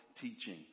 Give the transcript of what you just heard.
teaching